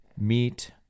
meet